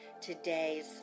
today's